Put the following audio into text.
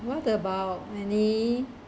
what about any